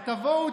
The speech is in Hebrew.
ותבואו,